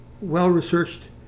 well-researched